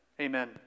Amen